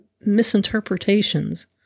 misinterpretations